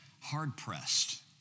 hard-pressed